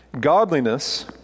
Godliness